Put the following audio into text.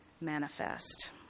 manifest